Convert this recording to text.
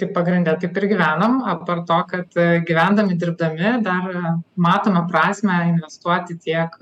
tai pagrinde taip ir gyvenam apart to kad gyvendami dirbdami dar matome prasmę investuoti tiek